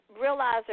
realize